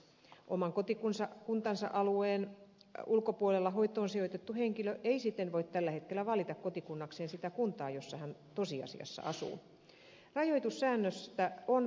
oman kotikuntansa alueen ulkopuolella hoitoon sijoitettu henkilö ei siten voi tällä hetkellä valita kotikunnakseen sitä kuntaa jossa hän tosiasiassa asuu